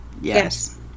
Yes